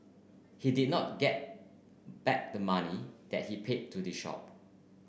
he did not get back the money that he paid to the shop